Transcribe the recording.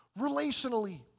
relationally